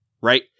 right